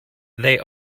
they